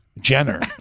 Jenner